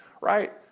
right